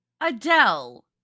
Adele